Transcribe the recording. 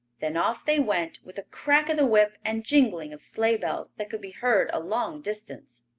then off they went, with a crack of the whip and jingling of sleigh-bells that could be heard a long distance.